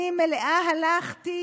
אני מלאה הלכתי